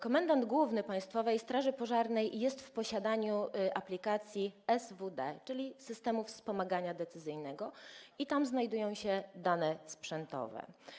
Komendant główny Państwowej Straży Pożarnej jest w posiadaniu aplikacji SWD, czyli systemu wspomagania decyzyjnego, i tam znajdują się dane sprzętowe.